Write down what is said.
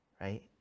right